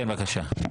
כן, בבקשה.